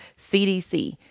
cdc